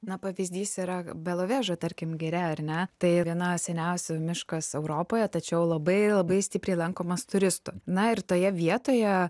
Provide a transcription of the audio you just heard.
na pavyzdys yra belovežo tarkim giria ar ne tai viena seniausių miškas europoje tačiau labai labai stipriai lankomas turistų na ir toje vietoje